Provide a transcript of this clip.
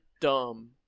dumb